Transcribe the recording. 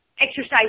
exercise